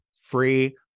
Free